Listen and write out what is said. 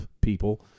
people